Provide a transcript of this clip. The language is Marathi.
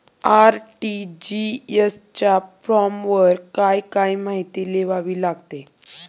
आर.टी.जी.एस च्या फॉर्मवर काय काय माहिती लिहावी लागते?